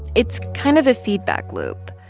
it's kind of a feedback loop.